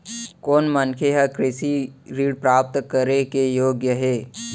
कोन मनखे ह कृषि ऋण प्राप्त करे के योग्य हे?